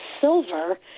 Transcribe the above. Silver